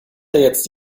jetzt